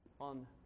on